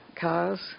cars